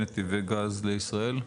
נתיבי גז לישראל.